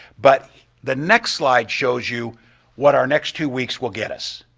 but the next slide shows you what our next two weeks will get us.